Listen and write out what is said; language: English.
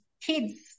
kids